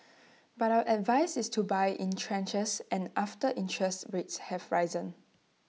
but our advice is to buy in tranches and after interest rates have risen